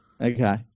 Okay